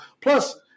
Plus